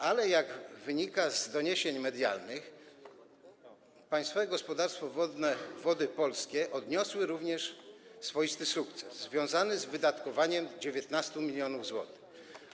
Ale jak wynika z doniesień medialnych, Państwowe Gospodarstwo Wodne Wody Polskie odniosło również swoisty sukces związany z wydatkowaniem 19 mln zł.